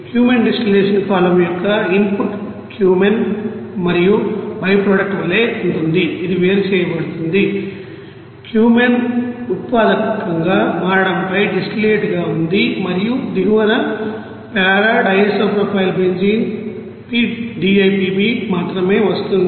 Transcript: cumene distillation column యొక్క input cumene మరియు byproduct వలే ఉంటుందిఇది వేరు చేయబడుతోంది క్యూమెన్ ఉత్పాదకంగా మారడంపై డిస్టిలేట్ గా ఉంది మరియు దిగువన p DIPBమాత్రమే వస్తుంది